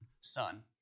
son